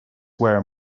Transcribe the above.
where